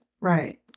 Right